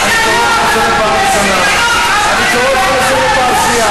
אני קורא אותך לסדר פעם ראשונה.